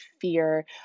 fear